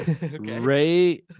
ray